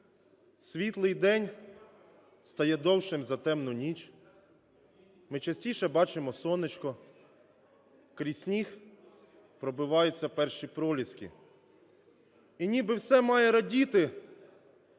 світлий день стає довшим за темну ніч, ми частіше бачимо сонечко, крізь сніг пробиваються перші проліски. І ніби все має радіти.